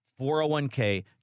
401k